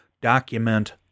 document